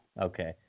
Okay